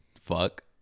Fuck